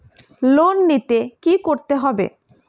Loan নিতে কী করতে হবে?